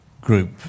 group